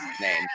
name